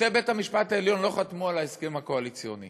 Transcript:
שופטי בית-המשפט העליון לא חתמו על ההסכם הקואליציוני